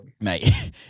mate